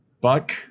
buck